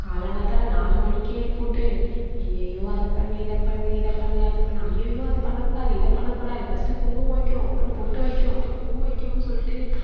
காலங்கார்த்தால நாலு மணிக்கே எழுப்பிட்டு ஐயையோ அதை பண்ணு இதை பண்ணு இதை பண்ணு அது பண்ணு ஐயையோ அதை பண்ணக்கூடாது இதை பண்ணக்கூடாது ஃபர்ஸ்ட்டு குங்குமம் வைக்கணும் அப்புறம் பொட்டு வைக்கணும் அப்புறம் பூ வைக்கணுன்னு சொல்லிட்டு